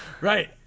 Right